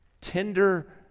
tender